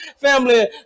family